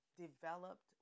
developed